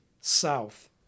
south